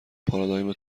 پارادایم